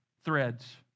threads